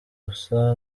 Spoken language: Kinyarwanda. busa